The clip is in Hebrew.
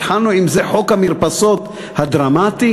התחלנו עם חוק המרפסות הדרמטי.